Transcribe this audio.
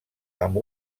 amb